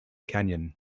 canyon